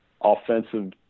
offensive